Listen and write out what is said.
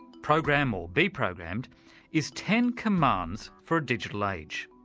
program or be programmed is ten commands for a digital age,